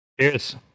Cheers